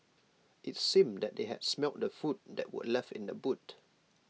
IT seemed that they had smelt the food that were left in the boot